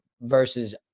versus